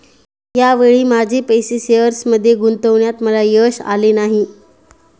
या वेळी माझे पैसे शेअर्समध्ये गुंतवण्यात मला यश आले नाही